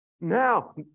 Now